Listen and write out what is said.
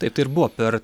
taip tai ir buvo per